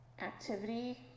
activity